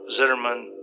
Zitterman